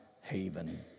haven